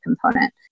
component